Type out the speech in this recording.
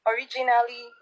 Originally